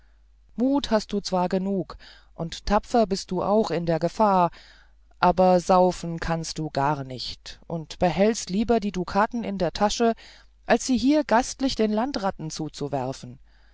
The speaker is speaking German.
mut hast du zwar genug und tapfer bist du auch in der gefahr aber saufen kannst du gar nicht und behältst lieber die dukaten in der tasche als sie hier gastlich den landratzen zuzuwerfen